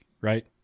right